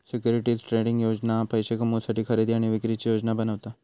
securities trading योजना पैशे कमवुसाठी खरेदी आणि विक्रीची योजना बनवता